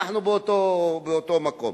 אנחנו באותו מקום.